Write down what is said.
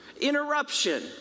Interruption